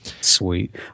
Sweet